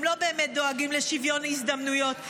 הם לא באמת דואגים לשוויון הזדמנויות.